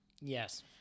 Yes